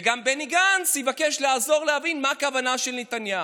וגם בני יבקש לעזור להבין מה הכוונה של נתניהו,